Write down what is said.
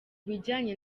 bijyanye